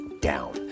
down